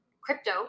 crypto